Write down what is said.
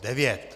9.